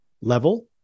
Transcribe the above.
level